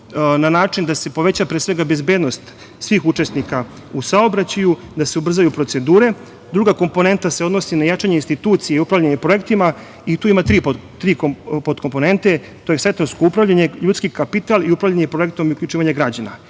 na način da se poveća pre svega bezbednost svih učesnika u saobraćaju, da se ubrzaju procedure. Druga komponenta se odnosi na jačanje institucija i upravljanje projektima i tu ima tri podkomponente, to je sektorsko upravljanje, ljudski kapital i upravljanje projektom i uključivanje građana.